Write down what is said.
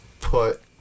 put